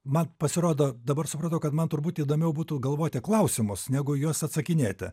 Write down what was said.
mat pasirodo dabar supratau kad man turbūt įdomiau būtų galvoti klausimus negu juos atsakinėti